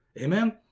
amen